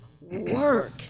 work